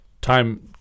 time